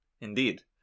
Indeed